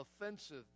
offensive